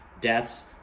deaths